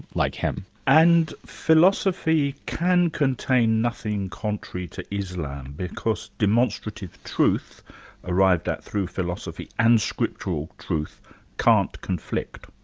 like him. and philosophy can contain nothing contrary to islam, because demonstrative truth arrived at through philosophy and scriptural truth can't conflict.